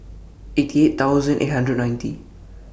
eighty eight eight hundred and ninety